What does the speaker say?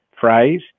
phrase